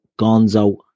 Gonzo